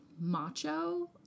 macho